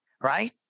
right